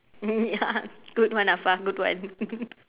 ya good one afar good one